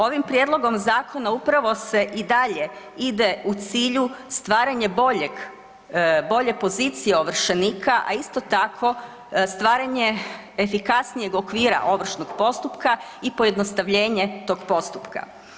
Ovim prijedlogom zakona upravo se i dalje ide u cilju stvaranje bolje pozicije ovršenika, a isto tako stvaranje efikasnijeg okvira ovršenog postupka i pojednostavljenje tog postupka.